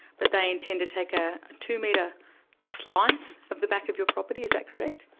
but they intend to take a two-metre slice of the back of your property, is that correct?